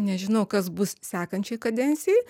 nežinau kas bus sekančiai kadencijai